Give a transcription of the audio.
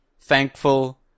thankful